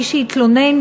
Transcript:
מי שהתלונן,